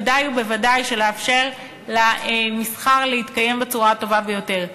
בוודאי ובוודאי לאפשר למסחר להתקיים בצורה הטובה ביותר.